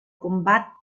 combat